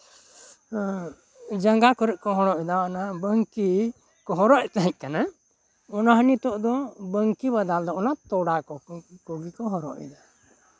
ᱡᱟᱸᱜᱟ ᱠᱚᱨᱮᱠ ᱠᱚ ᱦᱚᱨᱚᱜ ᱮᱫᱟ ᱵᱟᱝᱠᱤ ᱠᱚ ᱦᱚᱨᱚᱜ ᱛᱟᱦᱮᱸ ᱠᱟᱱᱟ ᱚᱱᱟ ᱦᱚᱸ ᱱᱤᱛᱚᱜ ᱫᱚ ᱵᱟᱝᱠᱤ ᱵᱟᱫᱚᱞ ᱫᱚ ᱛᱚᱲᱟ ᱠᱚᱜᱮ ᱠᱚ ᱦᱚᱨᱚᱜ ᱮᱫᱟ